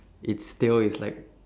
it's tail is like